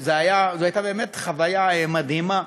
זאת הייתה חוויה מדהימה.